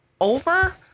over